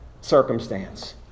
circumstance